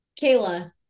Kayla